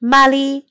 Molly